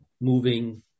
moving